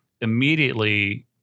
immediately